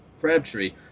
Crabtree